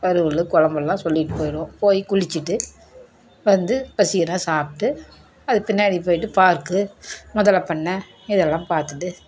அதில் உள்ள குழம்பெல்லாம் சொல்லிவிட்டு போயிடுவோம் போய் குளித்துட்டு வந்து பசிக்கிதுனால் சாப்பிட்டு அது பின்னாடி போயிட்டு பார்க்கு முதல பண்ணை இதெல்லாம் பார்த்துட்டு